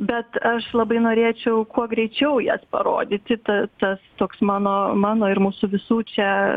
bet aš labai norėčiau kuo greičiau jas parodyti tas toks mano mano ir mūsų visų čia